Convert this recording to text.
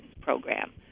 program